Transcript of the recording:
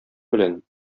белән